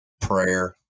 prayer